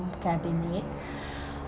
cabinet